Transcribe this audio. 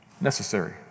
Necessary